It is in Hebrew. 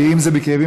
כי אם יש כאבים,